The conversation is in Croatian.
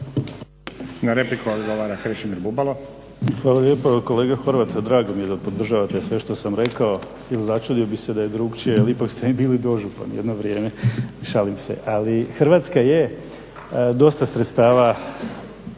Bubalo. **Bubalo, Krešimir (HDSSB)** Hvala lijepa. Kolega Horvat drago mi je da podržavate sve što sam rekao jer začudio bih se da je drukčije ali ipak ste mi bili dožupan jedno vrijeme, šalim se. Ali Hrvatska je dosta sredstva